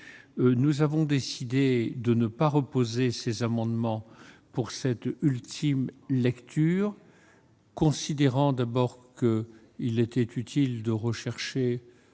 toutefois décidé de ne pas déposer d'amendements lors de cette ultime lecture, considérant d'abord qu'il était utile de rechercher